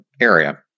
area